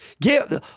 give